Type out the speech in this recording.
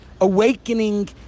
awakening